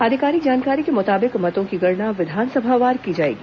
आधिकारिक जानकारी के मुताबिक मतों की गणना विधानसभावार की जाएगी